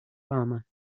farmer